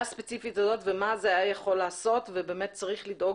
הספציפית הזאת ומה זה היה יכול לעשות ובאמת צריך לדאוג